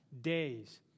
days